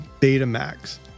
Betamax